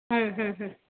हूं हूं हूं